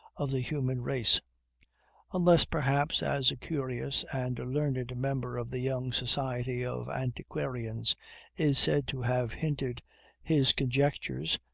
of the human race unless, perhaps, as a curious and learned member of the young society of antiquarians is said to have hinted his conjectures,